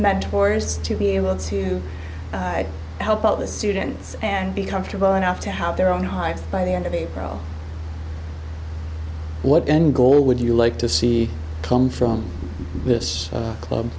mentors to be able to help out the students and be comfortable enough to help their own hives by the end of april what gold would you like to see come from the club